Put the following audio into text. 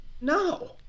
No